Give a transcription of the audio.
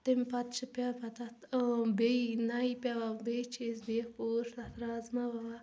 تمہِ پتہٕ چھِ پیٚوان پتہٕ تتھ إں بیٚیہِ نَیہِ پیٚوان بیٚیہِ چھِ أسۍ بیٚیہِ تتھ رازمہ ووان